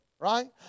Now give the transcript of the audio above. right